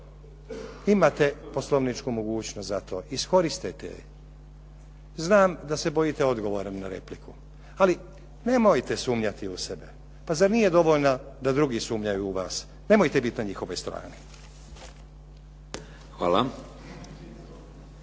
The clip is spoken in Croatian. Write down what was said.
Imate Poslovničku mogućnost za to, iskoristite ju. Znam da se bojite odgovora na repliku, ali nemojte sumnjati u sebe. Pa zar nije dovoljno da drugi sumnjaju u vas. Nemojte bit na njihovoj strani.